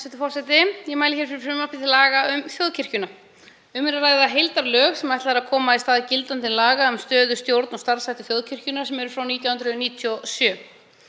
Ég mæli hér fyrir frumvarpi til laga um þjóðkirkjuna. Um er að ræða heildarlög sem ætlað er að koma í stað gildandi laga um stöðu, stjórn og starfshætti þjóðkirkjunnar, nr. 78/1997.